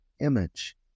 image